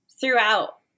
throughout